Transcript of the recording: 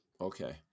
Okay